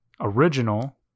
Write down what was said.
original